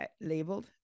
labeled